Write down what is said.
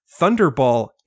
thunderball